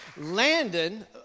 Landon